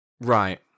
Right